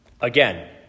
again